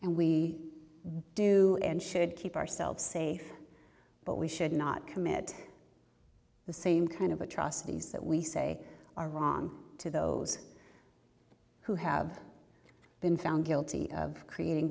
and we do and should keep ourselves safe but we should not commit the same kind of atrocities that we say are wrong to those who have been found guilty of creating